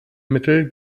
mittel